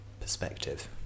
perspective